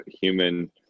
human